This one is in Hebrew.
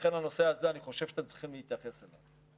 ולכן אני חושב שאתם צריכים להתייחס לנושא הזה.